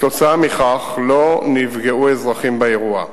כתוצאה מכך לא נפגעו אזרחים באירוע.